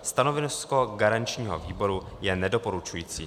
Stanovisko garančního výboru je nedoporučující.